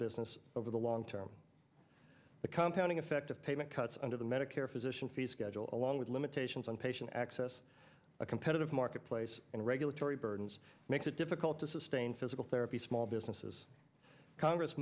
business over the long term the compound in effect of payment cuts under the medicare physician fee schedule along with limitations on patient access a competitive marketplace and regulatory burdens makes it difficult to sustain physical therapy small businesses congress